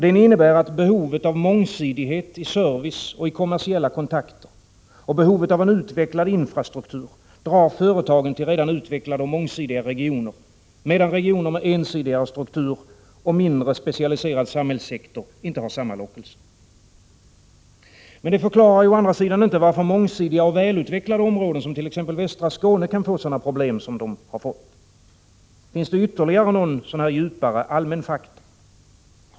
Den innebär att behovet av mångsidighet i service och kommersiella kontakter samt behovet av en utvecklad infrastruktur drar företagen till redan utvecklade och mångsidiga regioner, medan regioner med ensidigare struktur och mindre specialiserad samhällssektor inte har samma lockelse. Men det förklarar å andra sidan inte varför mångsidiga och välutvecklade områden som västra Skåne kan få sådana problem som de har fått. Finns det ytterligare någon djupare allmän faktor?